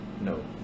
No